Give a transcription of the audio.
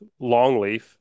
longleaf